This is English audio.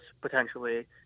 potentially